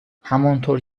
همانطور